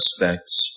aspects